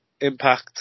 Impact